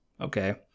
okay